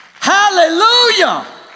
Hallelujah